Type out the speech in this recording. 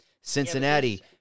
Cincinnati